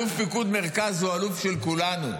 אלוף פיקוד מרכז הוא אלוף של כולנו.